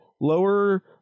lower